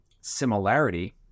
similarity